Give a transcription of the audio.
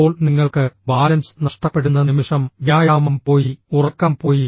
ഇപ്പോൾ നിങ്ങൾക്ക് ബാലൻസ് നഷ്ടപ്പെടുന്ന നിമിഷം വ്യായാമം പോയി ഉറക്കം പോയി